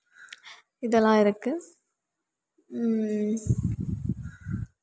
இதெல்லாம் இருக்கு